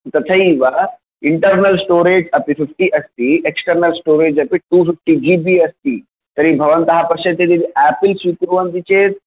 तथैव internal storage अपि फिफ्टिअस्ति एक्स्टेर्नल् स्टोरेज् अपि टुफिफ्टि जिबि अस्ति तर्हि भवन्तः पश्यन्ति चेत् आपल् स्वीकुर्वन्ति चेत्